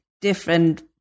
different